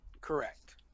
Correct